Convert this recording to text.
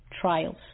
trials